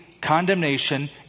condemnation